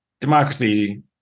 democracy